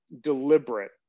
deliberate